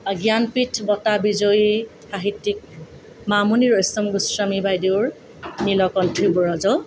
জ্ঞানপীঠ বঁটা বিজয়ী সাহিত্যিক মামনি ৰয়চম গোস্বামী বাইদেউৰ নীলকণ্ঠী ব্ৰজ